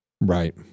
Right